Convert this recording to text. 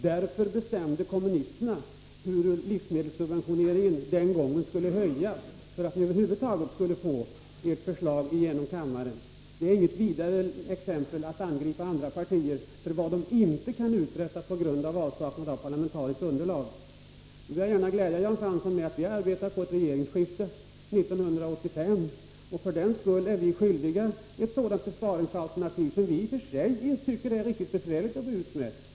Därför bestämde kommunisterna hur livsmedelssubventionen den gången skulle höjas för att socialdemokraterna över huvud taget skulle få igenom sitt förslag i kammaren. Det är inte så meningsfullt att angripa andra partier för vad de inte kan uträtta på grund av avsaknad av parlamentariskt underlag. Sedan vill jag gärna glädja Jan Fransson med att vi arbetar för att få ett regeringsskifte 1985. För den skull är vi tvingade att föreslå ett sådant besparingsalternativ som vi i och för sig tycker är riktigt besvärligt att gå ut med.